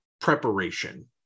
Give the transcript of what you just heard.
preparation